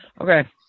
Okay